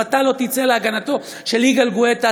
ואם אתה לא תצא להגנתו של יגאל גואטה,